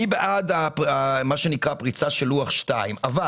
אני בעד מה שנקרא פריצה של לוח 2 אבל